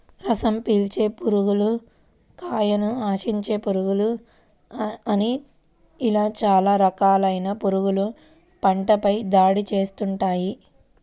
రసం పీల్చే పురుగులు, కాయను ఆశించే పురుగులు అని ఇలా చాలా రకాలైన పురుగులు పంటపై దాడి చేస్తుంటాయి